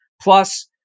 plus